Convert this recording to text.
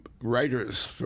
writers